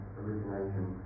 origination